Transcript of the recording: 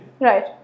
Right